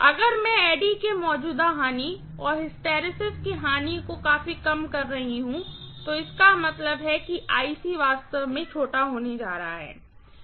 अगर मैं ऐडी के मौजूदा हानि और हिस्टैरिसीस के हानि को काफी कम कर रही हूँ तो इसका मतलब है कि वास्तव में छोटा होने जा रहा है